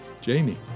jamie